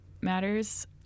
matters